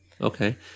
Okay